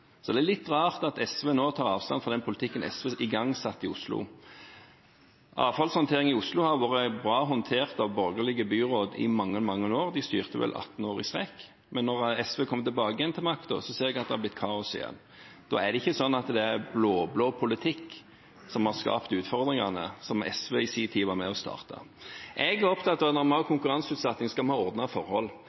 så det er litt rart at SV nå tar avstand fra den politikken SV igangsatte i Oslo. Avfallshåndtering i Oslo har vært bra håndtert av borgerlige byråd i mange år – de styrte vel 18 år i strekk – men da SV kom tilbake igjen til makten, ser jeg at det har blitt kaos igjen. Da er det ikke sånn at det er blå-blå politikk som har skapt utfordringene, som SV i sin tid var med å starte. Jeg er opptatt av at når vi har konkurranseutsetting, skal vi ha ordnede forhold.